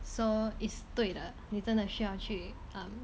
so is 对的你真的需要去 um